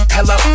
Hello